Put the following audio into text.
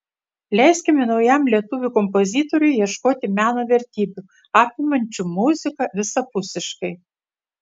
leiskime naujam lietuvių kompozitoriui ieškoti meno vertybių apimančių muziką visapusiškai